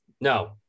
No